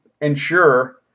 ensure